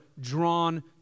drawn